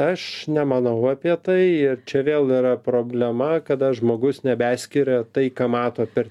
aš nemanau apie tai čia vėl yra problema kada žmogus nebeskiria tai ką mato per